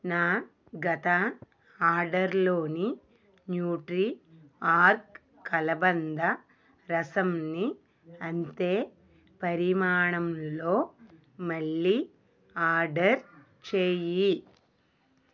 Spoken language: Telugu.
నా గత ఆర్డర్లోని న్యూట్రీఆర్గ్ కలబంద రసంని అంతే పరిమాణంలో మళ్ళీ ఆర్డర్ చేయి